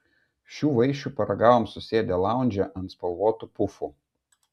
šių vaišių paragavom susėdę laundže ant spalvotų pufų